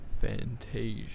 Fantasia